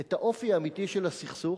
את האופי האמיתי של הסכסוך.